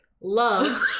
Love